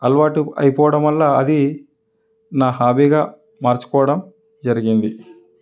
అలవాటు అయిపోవడం వల్ల అది నా హాబీగా మార్చుకోవడం జరిగింది